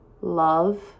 love